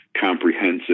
comprehensive